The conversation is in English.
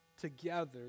Together